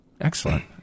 Excellent